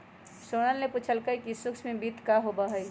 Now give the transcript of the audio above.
सोहन ने पूछल कई कि सूक्ष्म वित्त का होबा हई?